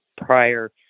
prior